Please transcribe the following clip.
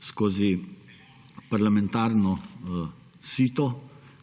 skozi parlamentarno sito,